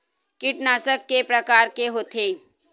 कीटनाशक के प्रकार के होथे?